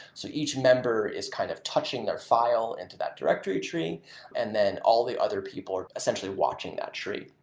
so each member is kind of touching their file into that director tree and then all the other people are essentially watching that tree.